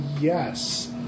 Yes